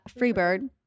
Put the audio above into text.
Freebird